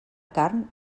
carn